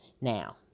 Now